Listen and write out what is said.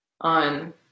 on